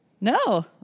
No